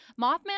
Mothman